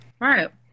Right